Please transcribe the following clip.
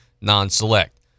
non-select